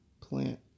plant